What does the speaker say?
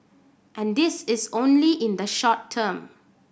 and this is only in the short term